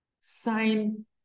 sign